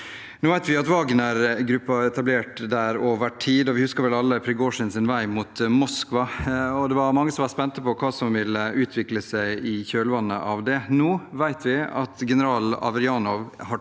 Nå vet vi at Wagnergruppen ble etablert der over tid, og vi husker vel alle Prigozjins vei mot Moskva. Det var mange som var spente på hva som ville utvikle seg i kjølvannet av det. Nå vet vi at general Averjanov har